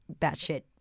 batshit